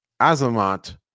Azamat